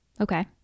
Okay